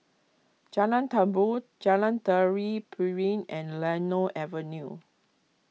Jalan Tambur Jalan Tari Piring and Lennor Avenue